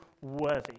worthy